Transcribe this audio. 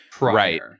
Right